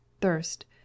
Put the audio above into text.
Thirst